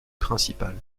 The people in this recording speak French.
principale